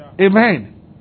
Amen